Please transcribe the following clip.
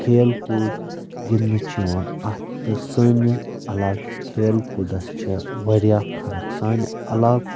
کھیل کوٗد گندٕنہٕ چھُ یِوان اتھ تہٕ سٲنس علاقس کھیل کوٗدس چھِ وارِیاہ فرق سانہِ عالاقُک